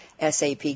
SAP